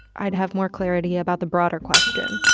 i'd have more clarity about the broader question.